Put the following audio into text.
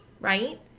right